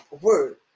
word